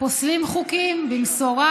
פוסלים חוקים במשורה.